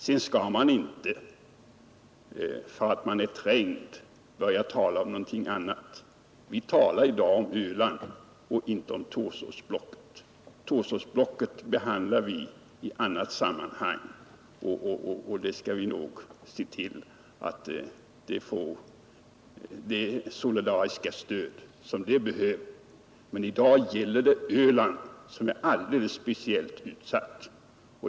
Sedan skall man inte enbart för att man känner sig trängd börja tala om någonting annat. Vi talar i dag om Öland och inte om Torsåsblocket. Det behandlar vi i annat sammanhang, och vi skall nog se till att det får det solidariska stöd som behövs. Men i dag gäller det Öland, som är alldeles speciellt utsatt.